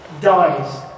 dies